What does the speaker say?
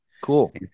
Cool